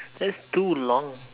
that's too long